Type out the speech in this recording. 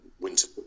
winter